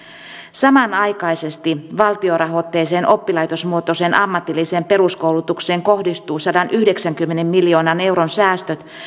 samanaikaisesti valtiorahoitteiseen oppilaitosmuotoiseen ammatilliseen peruskoulutukseen kohdistuu sadanyhdeksänkymmenen miljoonan euron säästöt